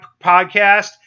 podcast